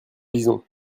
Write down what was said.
lisons